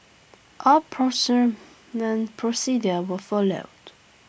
all procurement procedures were followed